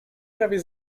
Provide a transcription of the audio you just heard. prawie